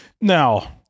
Now